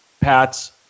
Pats